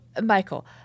Michael